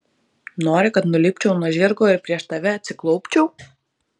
nori kad nulipčiau nuo žirgo ir prieš tave atsiklaupčiau